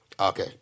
Okay